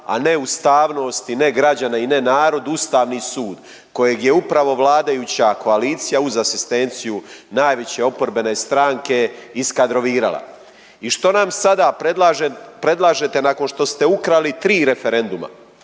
a ne ustavnost i ne građane i ne narod, ustavni sud kojeg je upravo vladajuća koalicija uz asistenciju najveće oporbene stranke iskadrovirala. I što nam sada predlaže, predlažete nakon što ste ukrali 3 referenduma,